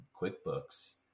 QuickBooks